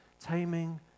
Taming